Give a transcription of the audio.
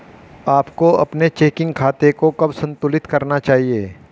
आपको अपने चेकिंग खाते को कब संतुलित करना चाहिए?